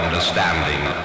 Understanding